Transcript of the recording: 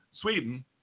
Sweden